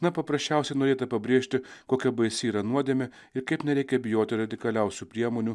na paprasčiausiai norėta pabrėžti kokia baisi yra nuodėmė ir kaip nereikia bijoti radikaliausių priemonių